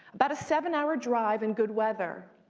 about a seven hour drive in good weather.